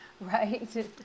right